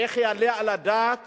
איך יעלה על הדעת